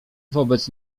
wobec